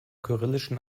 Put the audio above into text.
kyrillischen